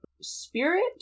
spirit